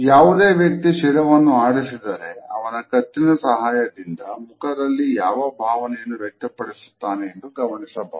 ಯಾವುದೇ ವ್ಯಕ್ತಿ ಶಿರವನ್ನು ಆಡಿಸಿದರೆ ಅವನ ಕತ್ತಿನ ಸಹಾಯದಿಂದ ಮುಖದಲ್ಲಿ ಯಾವ ಭಾವನೆಯನ್ನು ವ್ಯಕ್ತಪಡಿಸುತ್ತಾನೆ ಎಂದು ಗಮನಿಸಬಹುದು